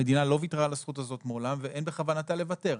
המדינה מעולם לא ויתרה על הזכות הזאת ואין בכוונתה לוותר.